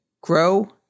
grow